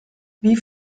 wie